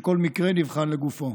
כל מקרה נבחן לגופו.